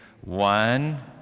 One